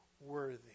worthy